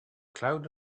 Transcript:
cloud